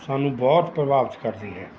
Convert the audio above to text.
ਸਾਨੂੰ ਬਹੁਤ ਪ੍ਰਭਾਵਿਤ ਕਰਦੀ